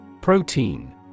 Protein